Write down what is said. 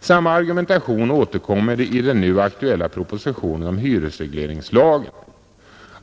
Samma argumentation återkommer i den nu aktuella propositionen om hyresregleringslagen.